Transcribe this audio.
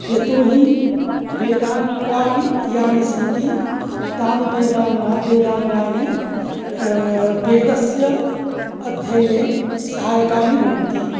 यतोहि वेदाङ्गानि यानि सन्ति तानि वेदाङ्गा वेदाङ्गानि वेदस्य अध्ययने सहायकानि भवन्ति